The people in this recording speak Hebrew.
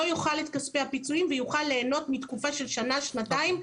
לא יאכל את כספי הפיצויים ויוכל להנות מתקופה של שנה-שנתיים,